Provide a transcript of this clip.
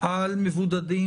על מבודדים,